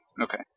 Okay